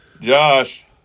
Josh